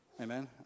Amen